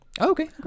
Okay